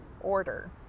order